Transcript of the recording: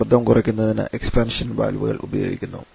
മർദ്ദം കുറയ്ക്കുന്നതിന് എക്സ്പാൻഷൻ വാൽവുകൾ ഉപയോഗിക്കുന്നു